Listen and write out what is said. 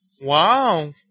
Wow